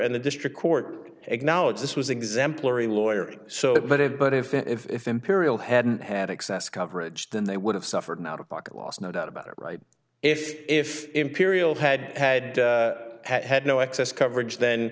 and the district court acknowledged this was exemplary lawyer so it but it but if if imperial hadn't had excess coverage then they would have suffered an out of pocket loss no doubt about it right if if imperial had had had had no access coverage then